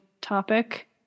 topic